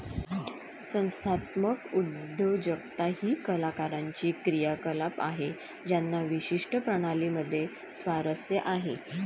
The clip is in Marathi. संस्थात्मक उद्योजकता ही कलाकारांची क्रियाकलाप आहे ज्यांना विशिष्ट प्रणाली मध्ये स्वारस्य आहे